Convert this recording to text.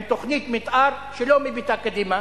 עם תוכנית מיתאר שלא מביטה קדימה?